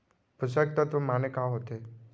पोसक तत्व माने का होथे?